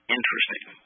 Interesting